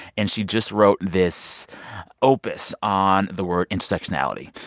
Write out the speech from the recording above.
and she just wrote this opus on the word intersectionality.